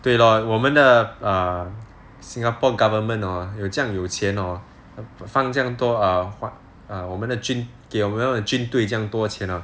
对咯我们的 err singapore government hor 有这样有钱 hor 放这样多 err what 我们的军给我的军队这样多钱 hor